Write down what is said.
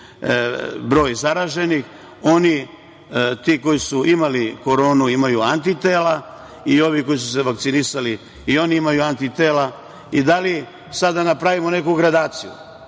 broj zaraženih, ti koji su imali koronu imaju antitela i ovi koji su se vakcinisali imaju antitela, da li sada da napravimo neku gradaciju,